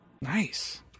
nice